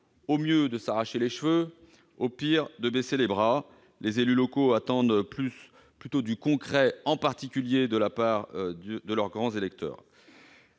au mieux, de s'arracher les cheveux, au pire, de baisser les bras ... Les élus locaux attendent plutôt du concret, en particulier de la part de leurs sénateurs.